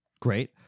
Great